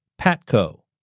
PATCO